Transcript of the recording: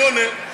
רגע, מי עונה?